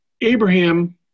Abraham